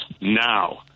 now